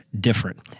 different